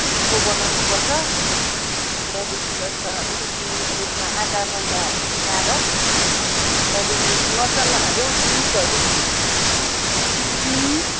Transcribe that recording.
पिठो बनाउनु पर्छ त्यहाँदेखि अन्त अलिकति त्यसमा आँटा मैदाहरू मिलाएर त्यहाँदेखि मसालाहरू दुधहरू चिनी